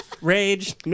Rage